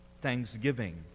thanksgiving